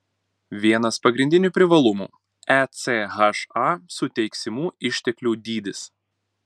vienas pagrindinių privalumų echa suteiksimų išteklių dydis